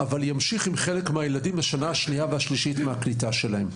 אבל ימשיך עם חלק מהילדים בשנה השנייה והשלישית של הקליטה שלהם.